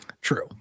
True